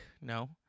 no